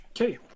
okay